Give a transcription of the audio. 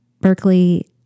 Berkeley